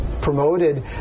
promoted